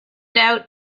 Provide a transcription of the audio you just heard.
doubt